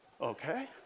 okay